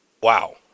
Wow